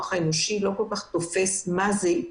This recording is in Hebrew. האנושי לא כל כך תופס מה זה ---,